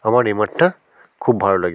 আমার এ মাঠটা খুব ভালো লাগে